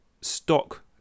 stock